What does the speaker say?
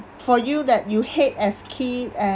for you that you hate as kid